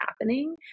happening